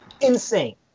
Insane